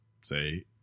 say